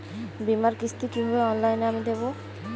বীমার কিস্তি কিভাবে অনলাইনে আমি দেবো?